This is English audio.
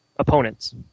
Opponents